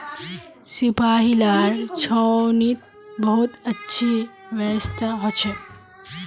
सिपाहि लार छावनीत बहुत अच्छी व्यवस्था हो छे